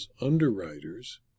Underwriters